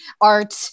art